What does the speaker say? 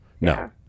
No